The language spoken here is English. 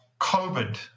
COVID